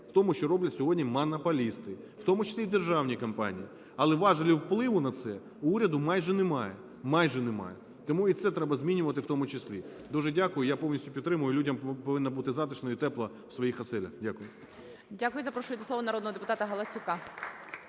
в тому, що роблять сьогодні монополісти, в тому числі і державні компанії. Але важелів впливу на це у уряду майже немає, майже немає. Тому і це треба змінювати в тому числі. Дуже дякую. Я повністю підтримую. Людям повинно бути затишно і тепло в своїх оселях. Дякую.